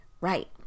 Right